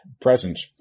presence